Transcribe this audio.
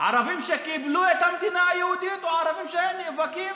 ערבים שקיבלו את המדינה היהודית או ערבים שנאבקים